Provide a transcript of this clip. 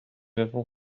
avons